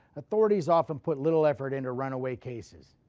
authorities often put little effort into runaway cases.